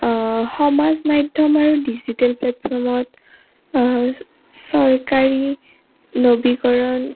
সমাজ মাধ্যম আৰু ডিজিটেল প্লেটফৰ্মত চৰকাৰী নবীকৰণ